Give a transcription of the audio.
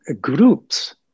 groups